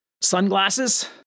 Sunglasses